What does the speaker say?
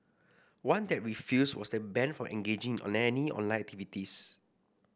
one that refused was then banned from engaging in any online activities